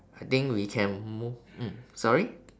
I think we can move mm sorry